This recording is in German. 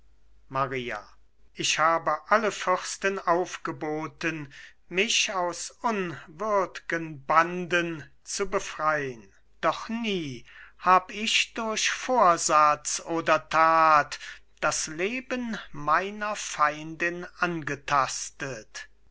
maria ich habe alle fürsten aufgeboten mich aus unwürd'gen banden zu befrein doch nie hab ich durch vorsatz oder tat das leben meiner feindin angetastet